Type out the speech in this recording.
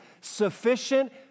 sufficient